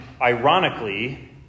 ironically